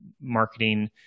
marketing